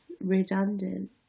redundant